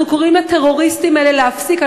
אנחנו קוראים לטרוריסטים האלה להפסיק,